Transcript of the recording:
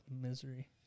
misery